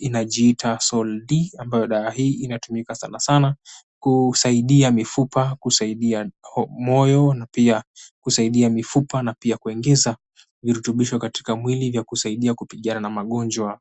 inajiita "Sol-D" ambayo dawa hii inatumika sana sana kusaidia mifupa, kusaidia moyo na pia kusaidia mifupa na pia kuongeza virutubisho katika mwili vya kusaidia kupigana na magonjwa.